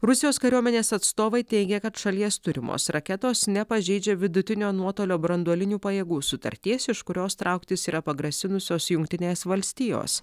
rusijos kariuomenės atstovai teigia kad šalies turimos raketos nepažeidžia vidutinio nuotolio branduolinių pajėgų sutarties iš kurios trauktis yra pagrasinusios jungtinės valstijos